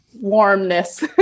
warmness